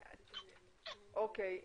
אוקיי.